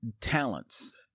talents